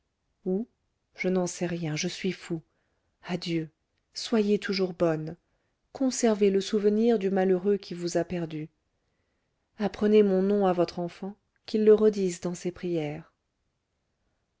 où je n'en sais rien je suis fou adieu soyez toujours bonne conservez le souvenir du malheureux qui vous a perdue apprenez mon nom à votre enfant qu'il le redise dans ses prières